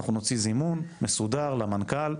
אנחנו נוציא זימון מסודר למנכ"ל,